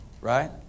right